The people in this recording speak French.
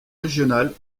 régionales